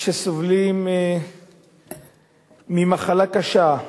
שסובלים ממחלה קשה,